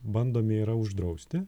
bandomi yra uždrausti